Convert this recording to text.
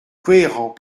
cohérent